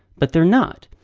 but they're not.